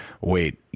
wait